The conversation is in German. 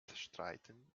streiten